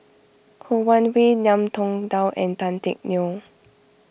Ho Wan Hui Ngiam Tong Dow and Tan Teck Neo